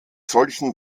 solchen